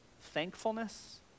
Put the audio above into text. thankfulness